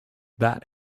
that